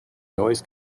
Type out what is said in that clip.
noise